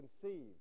conceived